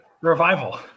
Revival